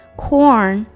corn